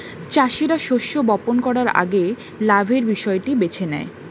চাষীরা শস্য বপন করার আগে লাভের বিষয়টি বেছে নেয়